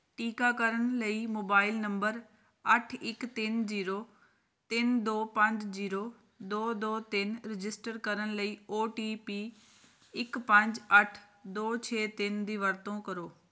ਟੀਕਾਕਰਨ ਲਈ mobile number ਅੱਠ ਇੱਕ ਤਿੰਨ ਜ਼ੀਰੋ ਤਿੰਨ ਦੋ ਪੰਜ ਜ਼ੀਰੋ ਦੋ ਦੋ ਤਿੰਨ ਰਜਿਸਟਰ ਕਰਨ ਲਈ ਓ ਟੀ ਪੀ ਇੱਕ ਪੰਜ ਅੱਠ ਦੋ ਛੇ ਤਿੰਨ ਦੀ ਵਰਤੋਂ ਕਰੋ